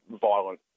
violent